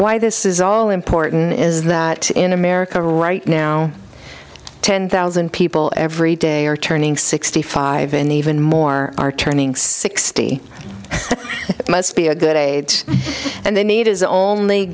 why this is all important is that in america right now ten thousand people every day are turning sixty five and even more are turning sixty it must be a good eight and they need is only